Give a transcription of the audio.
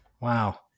Wow